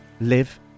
live